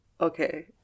Okay